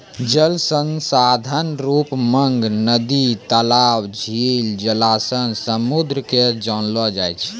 जल संसाधन रुप मग नदी, तलाब, झील, जलासय, समुन्द के जानलो जाय छै